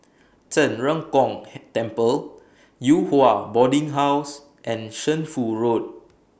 Zhen Ren Gong Temple Yew Hua Boarding House and Shunfu Road